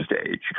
stage